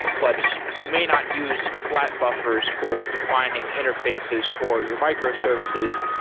but you may not use flat buffers for defining interfaces for your microservices.